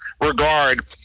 regard